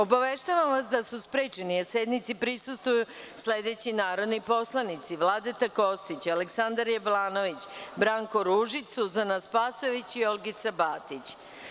Obaveštavam vas da su sprečeni da sednici prisustvuju sledeći narodni poslanici: Vladeta Kostić, Aleksandar Jablanović, Branko Ružić, Suzana Spasojević i Olgica Batić.